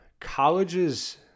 colleges